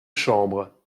chambre